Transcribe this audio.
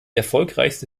erfolgreichste